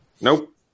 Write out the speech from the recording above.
Nope